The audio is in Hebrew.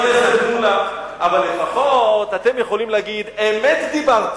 אבל אתם לפחות יכולים לומר: אמת דיברתי,